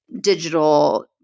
digital